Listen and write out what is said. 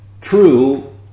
true